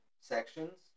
sections